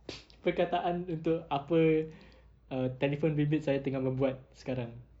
perkataan untuk apa err telefon bimbit saya tengah membuat sekarang